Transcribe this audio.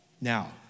Now